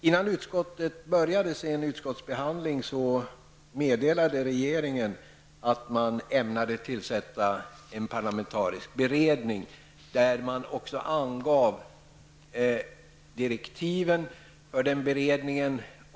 Innan utskottet började sin behandling meddelade regeringen att den ämnade tillsätta en parlamentarisk beredning och angav direktiven för beredningen.